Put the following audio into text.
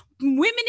women